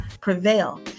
prevail